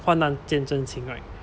患难见真情 right